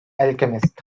alchemist